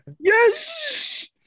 Yes